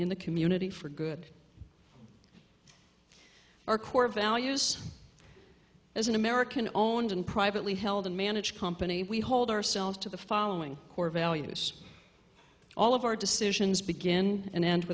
in the community for good our core values as an american owned and privately held and managed company we hold ourselves to the following core values all of our decisions begin and end